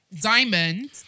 diamond